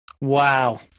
Wow